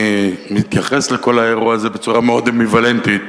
מתייחס לכל האירוע בצורה מאוד אמביוולנטית,